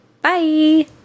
Bye